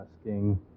asking